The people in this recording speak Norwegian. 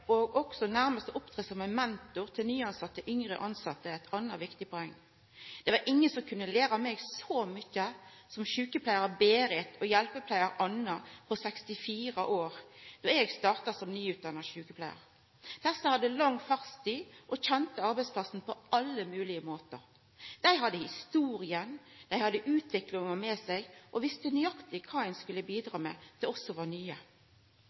eit anna viktig poeng. Det var ingen som kunne læra meg så mykje som sjukepleiar Berit og hjelpepleiar Anna på 64 år då eg starta som nyutdanna sjukepleiar. Desse hadde lang fartstid og kjende arbeidsplassen på alle moglege måtar. Dei hadde historia, dei hadde utviklinga med seg, og dei visste nøyaktig kva dei skulle bidra med til oss som var nye.